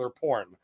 porn